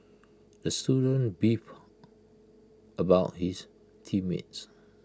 the student beefed about his team mates